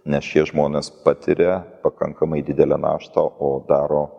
nes šie žmonės patiria pakankamai didelę naštą o daro